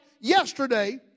yesterday